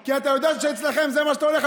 כי אתה יודע שאצלכם זה מה שאתה הולך,